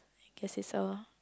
I guess it's a